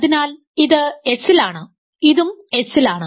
അതിനാൽ ഇത് S ൽ ആണ് ഇതും S ലാണ്